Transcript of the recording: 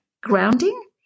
grounding